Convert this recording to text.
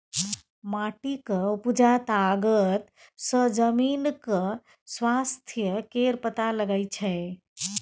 माटिक उपजा तागत सँ जमीनक स्वास्थ्य केर पता लगै छै